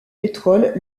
pétrole